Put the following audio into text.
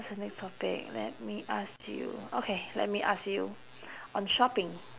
what's the next topic let me ask you okay let me ask you on shopping